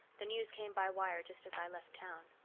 the news came by wire just as i left town.